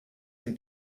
him